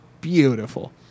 beautiful